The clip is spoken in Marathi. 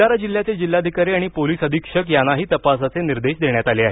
भंडारा जिल्ह्याचे जिल्हाधिकारी आणि पोलीस अधीक्षक यांनाही तपासाचे निर्देश देण्यात आले आहेत